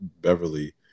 Beverly